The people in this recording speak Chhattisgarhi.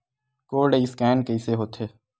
कोर्ड स्कैन कइसे होथे?